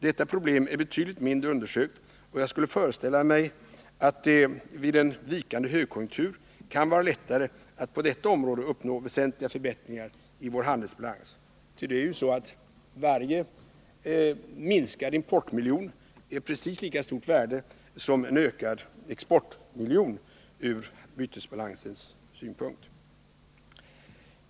Detta problem är betydligt mindre undersökt, och jag skulle föreställa mig att det vid en vikande högkonjunktur kan vara lättare att på detta område uppnå väsentliga förbättringar i vår handelsbalans. Det är ju så att varje minskad importmiljon är av precis lika stort värde som en ökad exportmiljon ur bytesbalanssynpunkt.